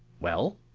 well?